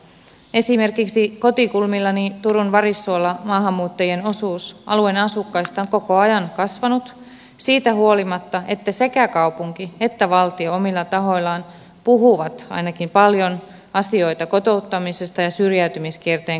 esimerkiksi kotikulmillani turun varissuolla maahanmuuttajien osuus alueen asukkaista on koko ajan kasvanut siitä huolimatta että sekä kaupunki että valtio omilla tahoillaan ainakin puhuvat paljon asioita kotouttamisesta ja syrjäytymiskierteen katkaisemisesta